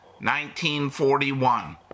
1941